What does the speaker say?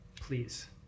please